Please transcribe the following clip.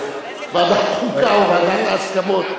ועדת חוקה או ועדת ההסכמות.